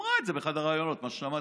אמרה את זה באחד הראיונות, מה ששמעתי.